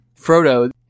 Frodo